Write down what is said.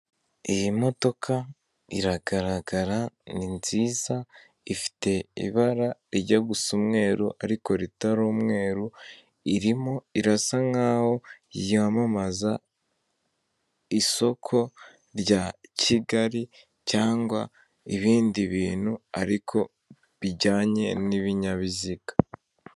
Iyi modoka iragaragara ni nziza, ifite ibara rijya gusa umweru ariko ritari umweru, irimo irasa nk'aho yamamaza isoko rya Kigali cyangwa ibindi bintu ariko bijyanye n'ibinyabiziga.